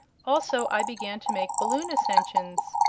also i began to make balloon ascensions.